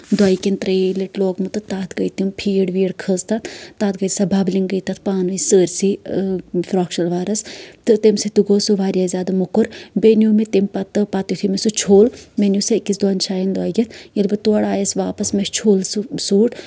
دۄیہِ کِنہٕ تریہِ لَٹہِ لوٚگمُت تہٕ تَتھ گٔیے تِم فیٖڈ ویٖڈ کٔھژ تَتھ تَتھ گٔیے سۄ ببلںٛگ گٔیے تَتھ پانے سٲرسٕے فِراق شلوارَس تہٕ تَمہِ سۭتۍ تہِ گوٚو سُہ واریاہ زیادٕ مۄکُر بیٚیہِ نیو مےٚ تَمہِ پَتہٕ پَتہٕ یُتھُے مےٚ سُہ چھوٚل مےٚ نیو سُہ أکِس دۄن جاین لٲگِتھ ییٚلہِ بہٕ تورٕ آیَس واپَس مےٚ چھوٚل سُہ سوٗٹ